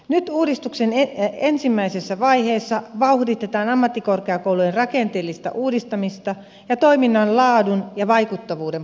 nyt uudistuksen ensimmäisessä vaiheessa vauhditetaan ammattikorkeakoulujen rakenteellista uudistamista ja toiminnan laadun ja vaikuttavuuden parantamista